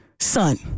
son